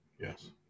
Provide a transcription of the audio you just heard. yes